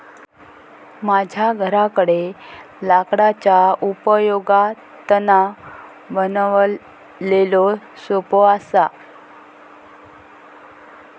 माझ्या घराकडे लाकडाच्या उपयोगातना बनवलेलो सोफो असा